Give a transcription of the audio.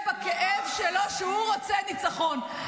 בכאב שלו, שהוא רוצה ניצחון.